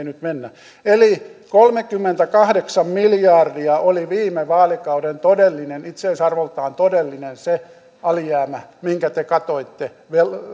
nyt mennä eli kolmekymmentäkahdeksan miljardia oli viime vaalikauden se todellinen itseisarvoltaan todellinen alijäämä minkä te katoitte